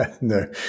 no